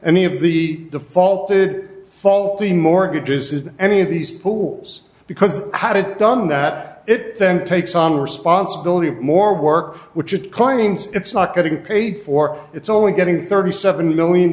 any of the defaulted faulty mortgages is any of these tools because how did done that it then takes on responsibility more work which it claims it's not getting paid for it's only getting thirty seven million